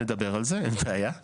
נדבר על זה, אין בעיה.